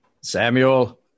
Samuel